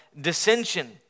dissension